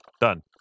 Done